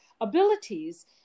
abilities